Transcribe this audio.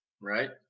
right